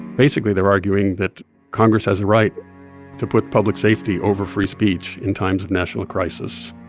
basically, they're arguing that congress has a right to put public safety over free speech in times of national crisis.